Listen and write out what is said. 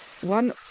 One